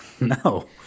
No